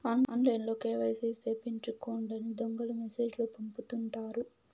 ఆన్లైన్లో కేవైసీ సేపిచ్చుకోండని దొంగలు మెసేజ్ లు పంపుతుంటారు